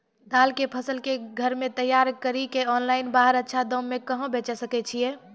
दाल के फसल के घर मे तैयार कड़ी के ऑनलाइन बाहर अच्छा दाम मे कहाँ बेचे सकय छियै?